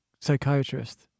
psychiatrist